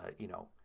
you know,